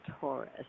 Taurus